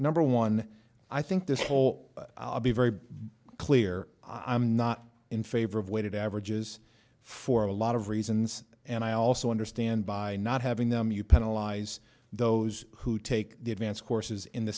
number one i think this whole i'll be very clear i'm not in favor of weighted averages for a lot of reasons and i also understand by not having them you penalize those who take the advanced courses in the